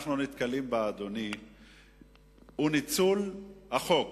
שאנחנו נתקלים בה היא ניצול החוק